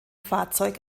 fahrzeug